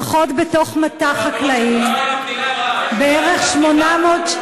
"הולכות בתוך מטע חקלאי בערך 800"